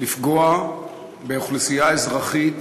לפגוע באוכלוסייה אזרחית